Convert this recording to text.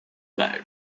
guard